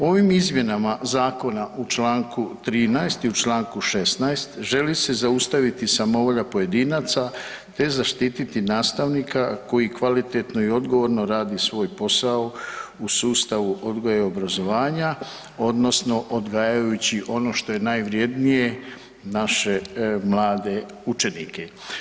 Ovim izmjenama zakona u Članku 13. i u Članku 16. želi se zaustaviti samovolja pojedinaca te zaštititi nastavnika koji kvalitetno i odgovorno radi svoj posao u sustavu odgoja i obrazovanja odnosno odgajajući ono što je najvrednije naše mlade učenike.